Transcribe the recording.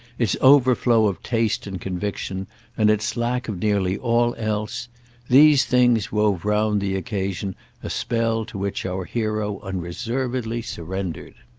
its overflow of taste and conviction and its lack of nearly all else these things wove round the occasion a spell to which our hero unreservedly surrendered.